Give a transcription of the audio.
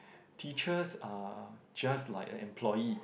teachers are just like a employee